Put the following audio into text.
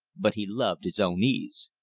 but he loved his own ease.